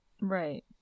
right